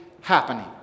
happening